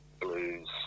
blues